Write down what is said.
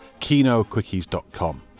kinoquickies.com